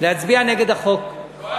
להצביע נגד החוק, לא,